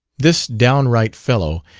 this downright fellow,